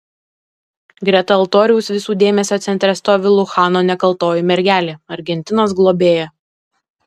greta altoriaus visų dėmesio centre stovi luchano nekaltoji mergelė argentinos globėja